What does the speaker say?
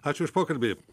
ačiū už pokalbį